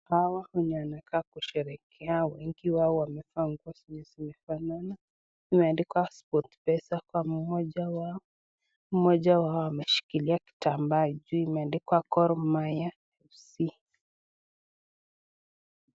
Hawa wenye wanakaa kusherehekea wamevaa nguo zenye zinafanana, zimeandikwa sportpesa kwa mmoja wao, mmoja wao ameshikilia kitambaa ikiwa imeandikwa gor mahia fc.